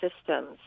systems